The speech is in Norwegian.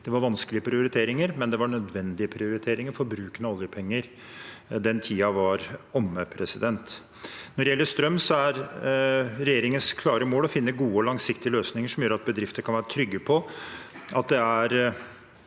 Det var vanskelige prioriteringer, men det var nødvendige prioriteringer for bruken av oljepenger. Den tiden var omme. Når det gjelder strøm, er regjeringens klare mål å finne gode og langsiktige løsninger som gjør at bedrifter kan være trygge på at det er